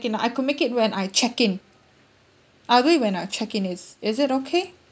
I could make it when I check in I'll do it when I check in is is it okay